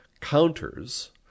counters